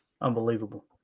Unbelievable